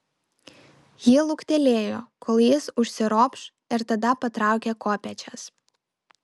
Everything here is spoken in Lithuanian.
ji luktelėjo kol jis užsiropš ir tada patraukė kopėčias